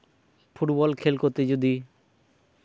football ᱠᱷᱮᱞ ᱠᱚᱛᱮ ᱡᱩᱫᱤ